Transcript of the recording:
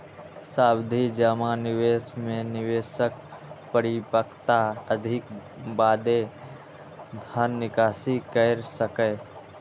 सावधि जमा निवेश मे निवेशक परिपक्वता अवधिक बादे धन निकासी कैर सकैए